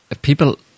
People